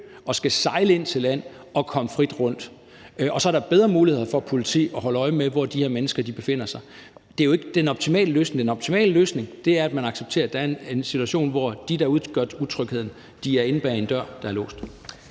at skulle sejle ind til land og bevæge sig frit rundt, og så er der bedre muligheder for politiet for at holde øje med, hvor de her mennesker befinder sig. Det er jo ikke den optimale løsning. Den optimale løsning er, at man accepterer, at der er en situation, hvor de, hvis tilstedeværelse udgør utrygheden, er inde bag en dør, der er låst.